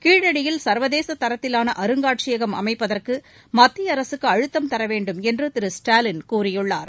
கீழடியில் சர்வதேச தரத்திலான அருங்காட்சியகம் அமைப்பதற்கு மத்திய அரசுக்கு அழுத்தம் தர வேண்டும் என்று திருஸ்டாலின் கூறியுள்ளார்